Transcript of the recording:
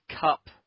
cup